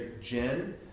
Jen